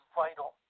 vital